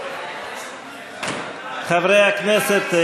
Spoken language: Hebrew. חברי הכנסת,